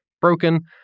broken